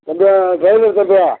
தம்பியா ட்ரைலர் தம்பியா